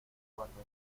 guardó